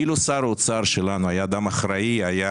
אילו שר האוצר שלנו היה אדם אחראי הוא היה